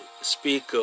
speak